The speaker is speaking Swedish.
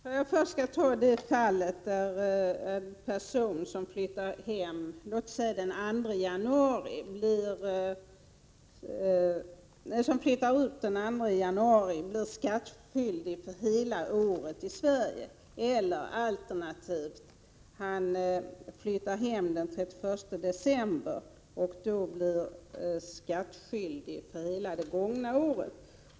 Fru talman! Låt oss anta att en person flyttar ut den 2 januari. Han blir då skattskyldig för hela året i Sverige. Om han alternativt flyttar hem den 31 december, blir han skattskyldig för hela det gångna året.